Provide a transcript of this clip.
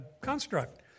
construct